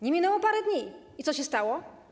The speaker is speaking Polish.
Nie minęło parę dni i co się stało?